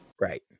Right